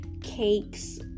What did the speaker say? cakes